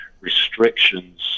restrictions